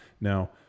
Now